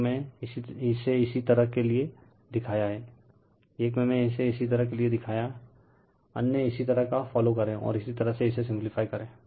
एक मैं इसे इसी तरह के लिए दिखाया हैं एक में इसे इसी तरह के लिए दिखाया अन्य इसी तरह का फॉलो करें और इसी तरह से इसे सिम्प्लिफ्य करे